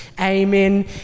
amen